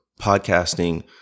podcasting